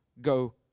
go